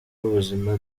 w’ubuzima